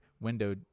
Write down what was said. window